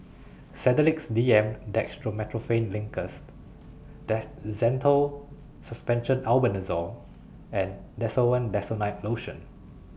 Sedilix D M Dextromethorphan Linctus Zental Suspension Albendazole and Desowen Desonide Lotion